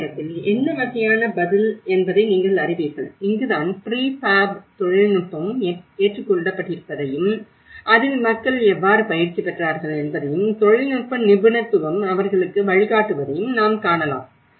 அதே நேரத்தில் என்ன வகையான பதில் என்பதை நீங்கள் அறிவீர்கள் இங்குதான் ப்ரீஃபாப் தொழில்நுட்பமும் ஏற்றுக்கொள்ளப்பட்டிருப்பதையும் அதில் மக்கள் எவ்வாறு பயிற்சி பெற்றார்கள் என்பதையும் தொழில்நுட்ப நிபுணத்துவம் அவர்களுக்கு வழிகாட்டுவதையும் நாம் காணலாம்